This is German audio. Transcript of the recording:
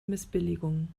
missbilligung